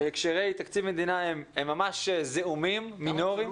בהקשרי תקציב מדינה, הם ממש זעומים, מינוריים.